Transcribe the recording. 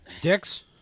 Dicks